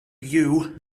you